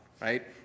right